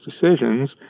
decisions